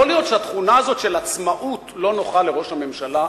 יכול להיות שהתכונה הזאת של עצמאות לא נוחה לראש הממשלה.